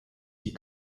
die